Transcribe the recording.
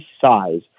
size